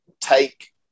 take